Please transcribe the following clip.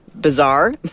bizarre